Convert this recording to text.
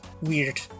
weird